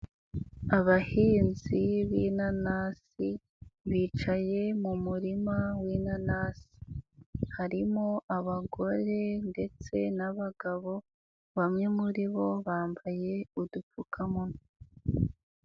Abahinzi b'ianasi, bicaye mu murima w'inanasi, harimo abagore ndetse n'abagabo, bamwe muri bo bambaye udupfukamunwa.